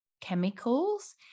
chemicals